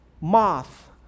Moth